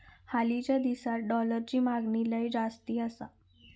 हालीच्या दिसात डॉलरची मागणी लय जास्ती आसा